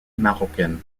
marocaines